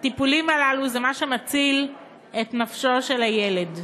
הטיפולים הללו הם מה שמציל את נפשו של הילד,